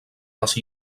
les